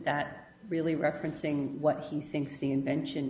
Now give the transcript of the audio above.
that really referencing what he thinks the invention